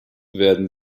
werden